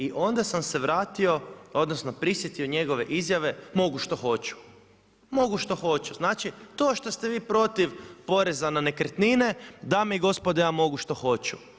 I onda sam se vratio, odnosno prisjetio njegove izjave „Mogu što hoću“, „Mogu što hoću“, znači to što ste vi protiv poreza na nekretnine, dame i gospodo ja mogu što hoću.